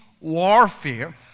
warfare